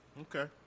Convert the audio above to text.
Okay